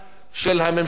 של הממשלה.